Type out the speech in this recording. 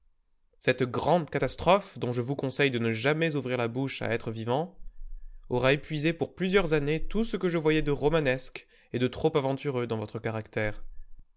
cette grande catastrophe dont je vous conseille de ne jamais ouvrir la bouche à être vivant aura épuisé pour plusieurs années tout ce que je voyais de romanesque et de trop aventureux dans votre caractère